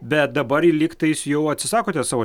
bet dabar lygtais jau atsisakote savo